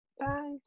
bye